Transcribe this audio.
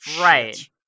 right